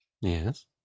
Yes